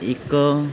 एक